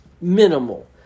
minimal